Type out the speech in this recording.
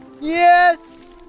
yes